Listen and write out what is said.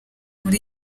muri